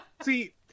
See